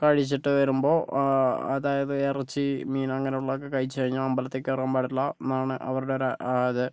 കഴിച്ചിട്ട് വരുമ്പോൾ അതായത് ഇറച്ചി മീൻ അങ്ങനെ ഉള്ളതൊക്കെ കഴിച്ച് കഴിഞ്ഞാൽ അമ്പലത്തിൽ കയറാൻ പാടില്ല എന്നാണ് അവരുടെ ഒരു അത്